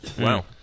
Wow